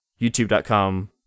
youtube.com